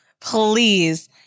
please